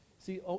See